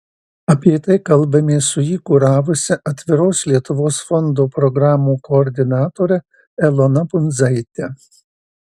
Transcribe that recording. apie tai kalbamės su jį kuravusia atviros lietuvos fondo programų koordinatore elona bundzaite